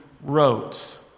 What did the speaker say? wrote